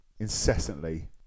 Incessantly